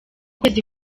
kwezi